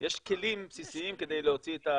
יש כלים בסיסיים כדי להוציא את ה